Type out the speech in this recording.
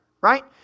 right